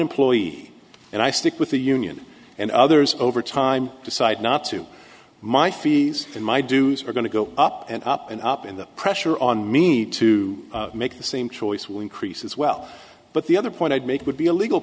employee and i stick with the union and others over time decide not to my fees and my dues are going to go up and up and up in the pressure on me to make the same choice will increase as well but the other point i'd make would be a legal